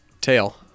Tail